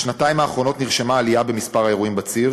בשנתיים האחרונות נרשמה עלייה במספר האירועים בציר,